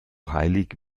heilig